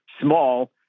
small